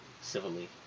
civilly